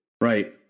Right